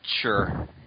sure